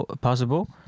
possible